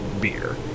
beer